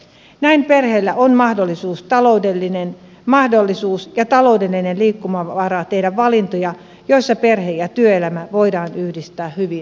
näin perheillä on taloudellinen mahdollisuus ja taloudellinen liikkumavara tehdä valintoja joissa perhe ja työelämä voidaan yhdistää hyvin